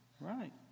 Right